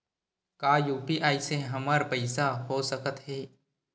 का यू.पी.आई से हमर पईसा हो सकत हे?